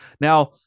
now